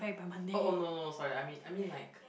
oh oh no no no sorry I mean I mean like